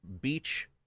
beach